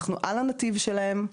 אנחנו על הנתיב שלהן,